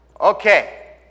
Okay